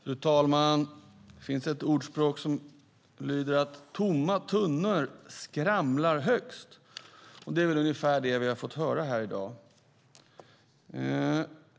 Fru talman! Det finns ett ordspråk som lyder att tomma tunnor skramlar mest. Det är väl ungefär det vi har fått höra här i dag.